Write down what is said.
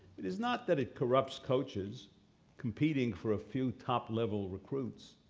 it is not that it corrupts coaches competing for a few top-level recruits,